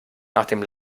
nachdem